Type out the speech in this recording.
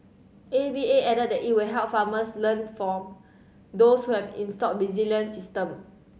A V A added that it will help farmers learn from those who have installed resilient system